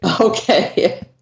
Okay